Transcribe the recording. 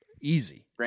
Easy